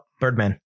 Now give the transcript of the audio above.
Birdman